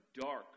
dark